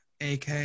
AK